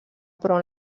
però